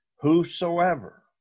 Whosoever